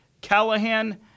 Callahan